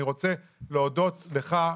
אני רוצה להודות לך,